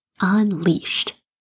unleashed